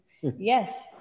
Yes